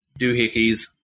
doohickeys